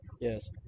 Yes